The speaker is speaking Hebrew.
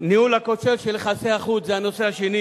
הניהול הכושל של יחסי החוץ, זה הנושא השני